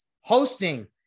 hosting